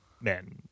men